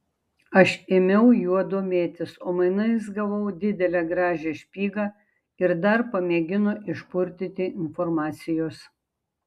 aš ėmiau juo domėtis o mainais gavau didelę gražią špygą ir dar pamėgino išpurtyti informacijos